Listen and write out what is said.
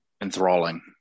enthralling